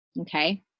Okay